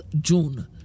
June